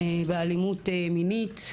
באלימות מינית,